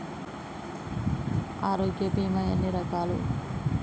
ఆరోగ్య బీమా ఎన్ని రకాలు?